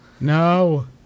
No